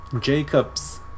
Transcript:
Jacob's